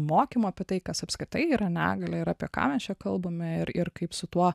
mokymo apie tai kas apskritai yra negalia ir apie ką mes čia kalbame ir ir kaip su tuo